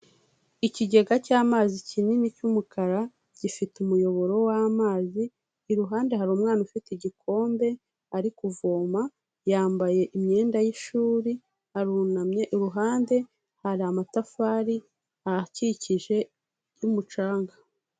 Ikigega cy'amazi kinini cy'umukara gifite umuyoboro w'amazi, iruhande hari umwana ufite igikombe ari kuvoma, yambaye imyenda y'ishuri arunamye, iruhande hari amatafari ahakikije y'umucanga.